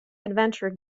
adventure